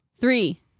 Three